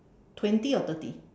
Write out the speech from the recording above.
twenty or thirty